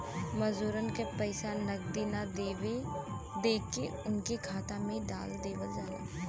मजूरन के पइसा नगदी ना देके उनके खाता में डाल देवल जाला